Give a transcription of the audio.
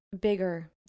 bigger